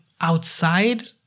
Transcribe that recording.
outside